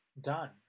done